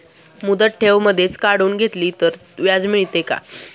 मुदत ठेव मधेच काढून घेतली तर व्याज मिळते का?